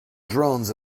drones